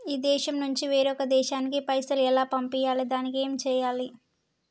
ఈ దేశం నుంచి వేరొక దేశానికి పైసలు ఎలా పంపియ్యాలి? దానికి ఏం చేయాలి?